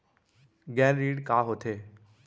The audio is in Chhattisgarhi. गैर ऋण का होथे?